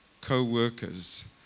co-workers